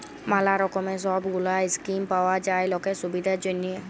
ম্যালা রকমের সব গুলা স্কিম পাওয়া যায় লকের সুবিধার জনহ